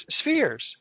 spheres